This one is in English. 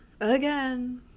again